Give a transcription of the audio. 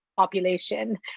Population